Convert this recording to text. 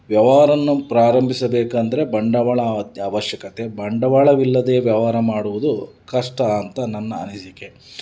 ವ್ಯವಹಾರನ್ನು ಪ್ರಾರಂಭಿಸಬೇಕೆಂದ್ರೆ ಬಂಡವಾಳ ಅತಿ ಅವಶ್ಯಕತೆ ಬಂಡವಾಳವಿಲ್ಲದೆ ವ್ಯವಹಾರ ಮಾಡುವುದು ಕಷ್ಟ ಅಂತ ನನ್ನ ಅನಿಸಿಕೆ